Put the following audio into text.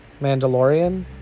Mandalorian